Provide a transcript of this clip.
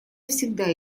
всегда